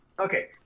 okay